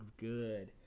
good